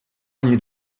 ogni